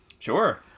Sure